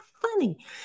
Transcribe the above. funny